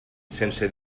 sense